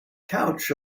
couch